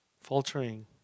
faltering